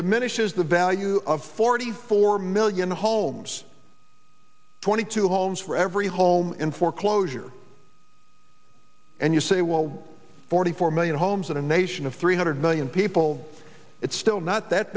diminishes the value of forty four million homes twenty two homes for every home in foreclosure and you say wild forty four million homes in a nation of three hundred million people it's still not that